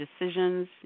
decisions